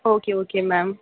okay okay ma'am